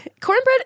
Cornbread